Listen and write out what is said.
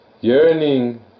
yearning